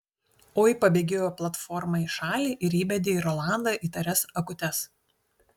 oi pabėgėjo platforma į šalį ir įbedė į rolandą įtarias akutes